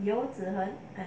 low turban